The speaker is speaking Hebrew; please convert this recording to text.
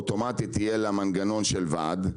ואוטומטית יהיה לה מנגנון של וועד,